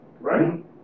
right